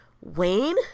Wayne